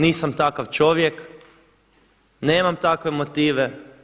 Nisam takav čovjek, nemam takve motive.